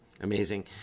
Amazing